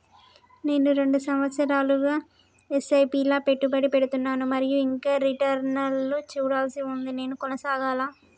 నేను రెండు సంవత్సరాలుగా ల ఎస్.ఐ.పి లా పెట్టుబడి పెడుతున్నాను మరియు ఇంకా రిటర్న్ లు చూడాల్సి ఉంది నేను కొనసాగాలా?